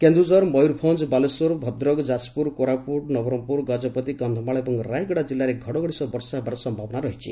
କେନ୍ଦୁଝର ମୟରଭଞ୍ ବାଲେଶ୍ୱର ଭଦ୍ରକ ଯାଜପୁର କୋରାପୁଟ ନବରଙ୍ଙପୁର ଗଜପତି କକ୍ଷମାଳ ଓ ରାୟଗଡ଼ା ଜିଲ୍ଲାରେ ଘଡ଼ଘଡ଼ି ସହ ବର୍ଷା ହେବାର ସମ୍ଭାବନା ରହିଛି